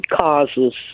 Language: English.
causes